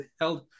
held